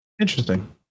Interesting